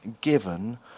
given